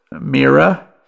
Mira